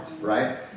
Right